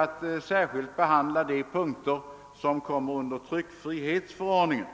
haft att behandla de punkter som faller under tryckfrihetsförordningen.